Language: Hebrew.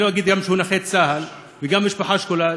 אני לא אגיד גם שהוא נכה צה"ל וגם משפחה שכולה,